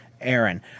Aaron